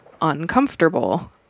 uncomfortable